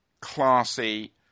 classy